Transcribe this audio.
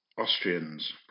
Austrians